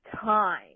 time